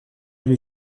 lui